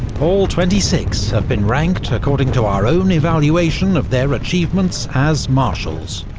all twenty six have been ranked according to our own evaluation of their achievements as marshals,